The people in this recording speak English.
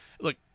look